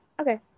Okay